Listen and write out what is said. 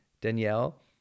Danielle